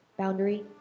Boundary